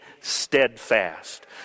steadfast